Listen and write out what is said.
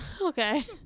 Okay